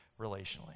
relationally